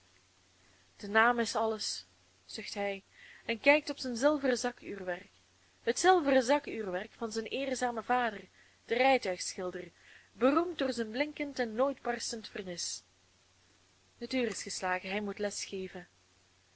de naam is alles zucht hij en kijkt op zijn zilveren zakuurwerk het zilveren zakuurwerk van zijn eerzamen vader den rijtuigschilder beroemd door zijn blinkend en nooit barstend vernis het uur is geslagen hij moet les geven